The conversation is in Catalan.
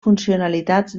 funcionalitats